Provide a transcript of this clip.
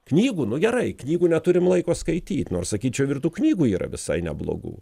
knygų nu gerai knygų neturim laiko skaityt nors sakyčiau ir tų knygų yra visai neblogų